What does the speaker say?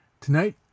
Tonight